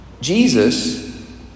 Jesus